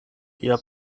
lia